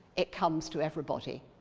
it comes to everybody,